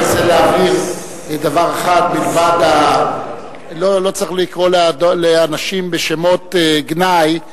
אני רוצה להבהיר דבר אחד: לא צריך לקרוא לאנשים בשמות גנאי.